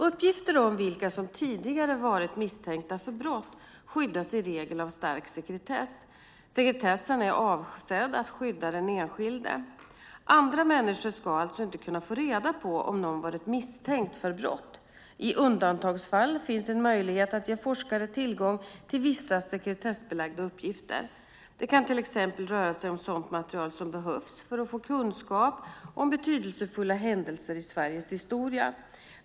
Uppgifter om vilka som tidigare varit misstänkta för brott skyddas i regel av stark sekretess. Sekretessen är avsedd att skydda den enskilde. Andra människor ska alltså inte kunna få reda på om någon har varit misstänkt för brott. I undantagsfall finns en möjlighet att ge forskare tillgång till vissa sekretessbelagda uppgifter. Det kan till exempel röra sig om sådant material som behövs för att få kunskap om betydelsefulla händelser i Sveriges historia.